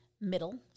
middle